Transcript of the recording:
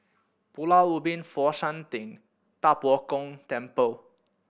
Pulau Ubin Fo Shan Ting Da Bo Gong Temple